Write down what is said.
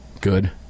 Good